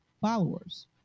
followers